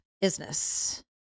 business